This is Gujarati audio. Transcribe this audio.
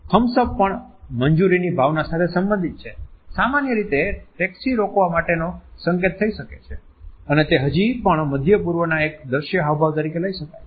થમ્બ્સ અપ પણ મંજૂરીની ભાવના સાથે સંબંધિત છે સામાન્ય રીતે ટેક્સી રોકવા માટેનો સંકેત થઇ શકે છે અને તે હજી પણ મધ્ય પૂર્વમાં એક દૃશ્ય હાવભાવ તરીકે લઈ શકાય છે